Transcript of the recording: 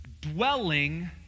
dwelling